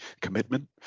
commitment